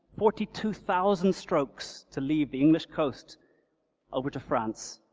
forty two thousand strokes to leave the english coast over to france.